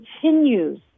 continues